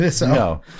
No